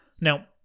Now